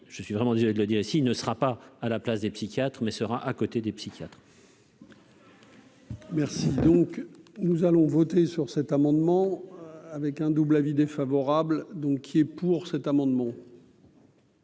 je suis vraiment désolé de le dire ici, il ne sera pas à la place des psychiatres mais sera à côté des psychiatres. Merci, donc nous allons voter sur cet amendement avec un double avis défavorable, donc il est pour cet amendement.